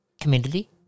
community